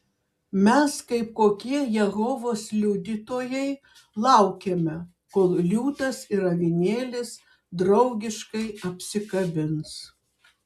mes kaip kokie jehovos liudytojai laukiame kol liūtas ir avinėlis draugiškai apsikabins